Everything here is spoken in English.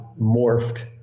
morphed